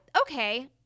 Okay